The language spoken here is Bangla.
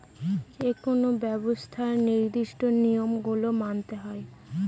যেকোনো ব্যবসায় নির্দিষ্ট নিয়ম গুলো মানতে হয়